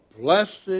blessed